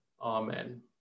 Amen